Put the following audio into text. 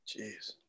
Jeez